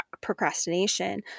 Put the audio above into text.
procrastination